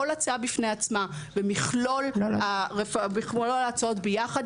כל הצעה בפני עצמה ומכלול ההצעות ביחד,